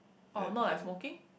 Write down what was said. oh not like smoking